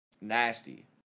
nasty